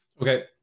Okay